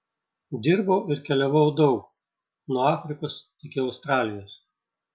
dirbau ir keliavau daug nuo afrikos iki australijos